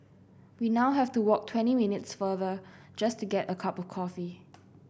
we now have to walk twenty minutes farther just to get a cup of coffee